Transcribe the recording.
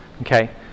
Okay